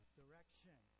direction